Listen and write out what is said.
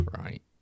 Right